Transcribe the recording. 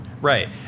Right